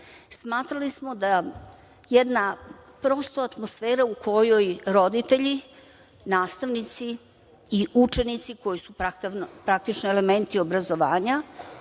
Smatrali smo da jedna prosto atmosfera u kojoj roditelji, nastavnici i učenici, koji su praktično elementi obrazovanja,